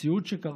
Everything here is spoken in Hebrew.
מציאות שקרתה,